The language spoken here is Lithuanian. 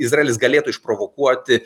izraelis galėtų išprovokuoti